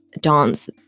dance